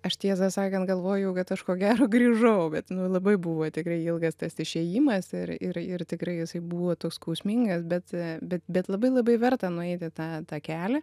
aš tiesą sakant galvojau kad aš ko gero grįžau bet labai buvo tikrai ilgas tas išėjimas ir ir ir tikrai jisai buvo toks skausmingas bet bet bet labai labai verta nueiti tą tą kelią